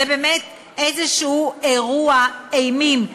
זה באמת איזשהו אירוע אימים,